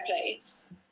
place